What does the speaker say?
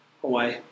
Hawaii